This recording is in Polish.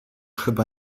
chyba